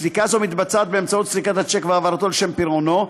סליקה זו נעשית באמצעות סריקת השיק והעברתו לשם פירעונו,